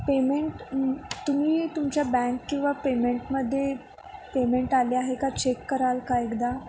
payment तुम्ही तुमच्या bank किंवा पेमेंटमध्ये पेमेंट आले आहे का चेक कराल का एकदा